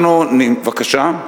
אנחנו, בבקשה?